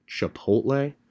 Chipotle